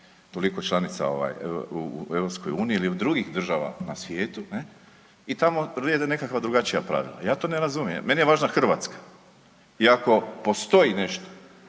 toliko članica ovaj u EU ili drugih država na svijetu i tamo vrijede nekakva drugačija pravila, ja to ne razumijem. Meni je važna Hrvatska i ako postoji nešto